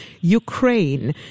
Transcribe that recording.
Ukraine